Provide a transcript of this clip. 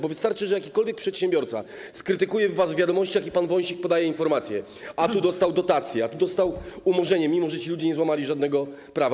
Bo wystarczy, że jakikolwiek przedsiębiorca skrytykuje was w wiadomościach i pan Wąsik podaje informację: a tu dostał dotację, a tu dostał umorzenie, mimo że taki człowiek mógł nie złamać żadnego prawa.